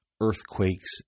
earthquakes